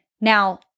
Now